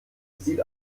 sieht